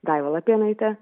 daiva lapėnaitė